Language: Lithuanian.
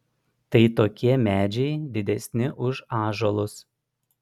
tai tokie medžiai didesni už ąžuolus